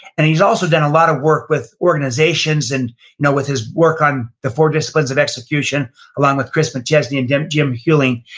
and he's also done a lot of work with organizations and with his work on the four disciplines of execution along with chris mcchesney and jim jim huling.